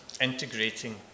integrating